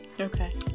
Okay